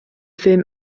film